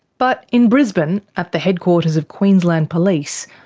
but in brisbane, at the headquarters of queensland police,